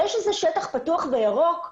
זה שזה שטח פתוח וירוק,